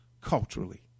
culturally